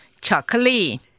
chocolate